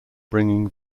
bringing